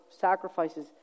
sacrifices